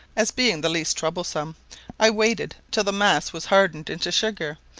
as being the least troublesome i waited till the mass was hardened into sugar,